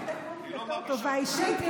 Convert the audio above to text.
הם נתנו לי בתור טובה אישית,